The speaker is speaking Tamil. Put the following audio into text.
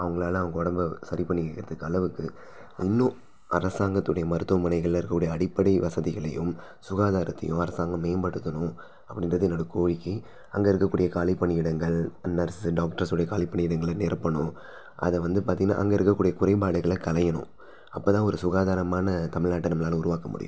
அவங்களால அவுங்க ஒடம்பை சரி பண்ணிக்கிறதுக்கு அளவுக்கு இன்னும் அரசாங்கத்துடைய மருத்துவமனைகளில் இருக்கக்கூடிய அடிப்படை வசதிகளையும் சுகாதாரத்தையும் அரசாங்கம் மேம்படுத்தணும் அப்படின்றது என்னோட கோரிக்கை அங்கே இருக்கக்கூடிய காலிப் பணியிடங்கள் நர்ஸ்ஸு டாக்டர்ஸோட காலிப் பணியிடங்களை நிரப்பணும் அதை வந்து பார்த்தீங்கன்னா அங்கே இருக்கக்கூடிய குறைபாடுகளை கலையணும் அப்போ தான் ஒரு சுகாதாரமான தமிழ்நாட்டை நம்மளால் உருவாக்க முடியும்